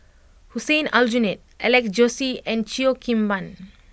Hussein Aljunied Alex Josey and Cheo Kim Ban